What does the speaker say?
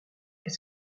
est